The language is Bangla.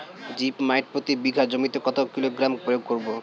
জিপ মাইট প্রতি বিঘা জমিতে কত কিলোগ্রাম প্রয়োগ করব?